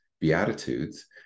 Beatitudes